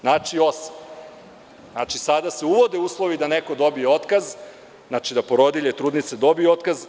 Znači, osam, znači sada se uvode uslovi da neko dobije otkaz, znači da porodilje i trudnice dobiju otkaz.